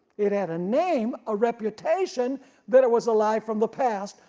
it had a name, a reputation that it was alive from the past,